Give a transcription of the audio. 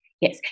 yes